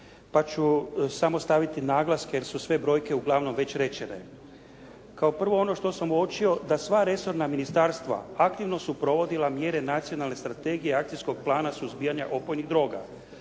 pa ću samo staviti naglaske, jer su sve brojke uglavnom već rečene. Kao prvo, ono što sam uočio da sva resorna ministarstva aktivno su provodila mjere nacionalne strategije akcijskog plana suzbijanja opojnih droga.